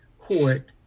court